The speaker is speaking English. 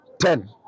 ten